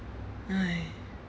!hais!